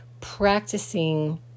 practicing